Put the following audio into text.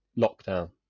lockdown